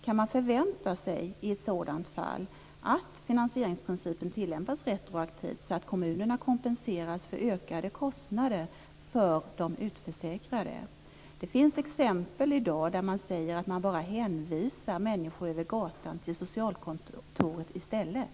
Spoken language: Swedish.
Kan man i ett sådant här fall förvänta sig att finansieringsprincipen tillämpas retroaktivt så att kommunerna kompenseras för ökade kostnader för de utförsäkrade? Det finns exempel i dag där man säger att man bara hänvisar människor över gatan till socialkontoret.